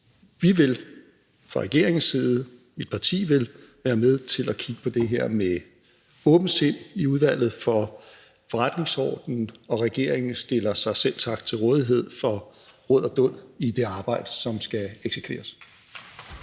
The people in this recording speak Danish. at vi fra regeringens side, fra mit partis side, vil være med til at kigge på det her med åbent sind i Udvalget for Forretningsordenen. Og regeringen stiller sig selvsagt til rådighed for råd og dåd i det arbejde, som skal eksekveres.